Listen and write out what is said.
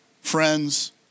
friends